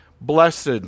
Blessed